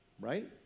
Right